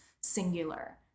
singular